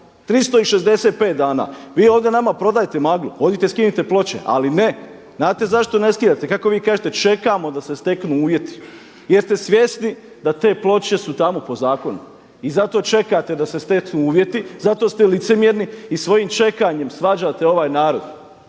365 dana. Vi ovdje nama prodajete maglu, odite skinite ploče ali ne. Znate zašto ne skidate, kako vi kažete čekamo da se steknu uvjeti jer ste svjesni da te ploče su tamo po zakonu i zato čekate da se steknu uvjeti, zato ste licemjerni i svojim čekanjem svađate ovaj narod,